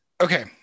okay